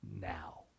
Now